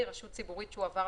אנחנו רואים